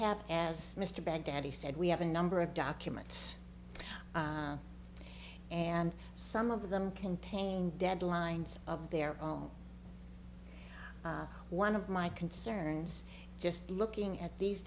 have as mr baghdadi said we have a number of documents and some of them contain deadlines of their own one of my concerns just looking at these